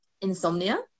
insomnia